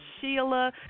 Sheila